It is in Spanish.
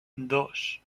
dos